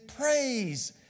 praise